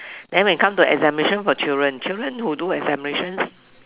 then when come to examination for children children who do examinations